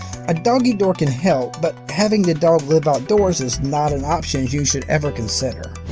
a doggy door can help, but having the dog live outdoors is not an option you should ever consider.